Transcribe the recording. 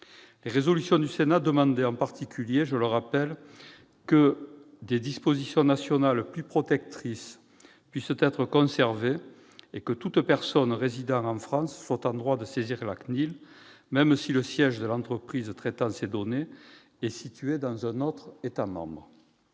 Les résolutions du Sénat demandaient que des dispositions nationales plus protectrices puissent être conservées et que toute personne résidant en France soit en droit de saisir la CNIL, même si le siège de l'entreprise traitant ses données est situé dans un autre État membre.